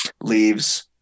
leaves